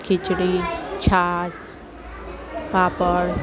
ખિચડી છાશ પાપડ